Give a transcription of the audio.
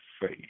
faith